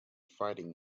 fighting